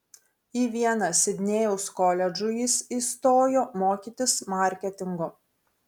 į vieną sidnėjaus koledžų jis įstojo mokytis marketingo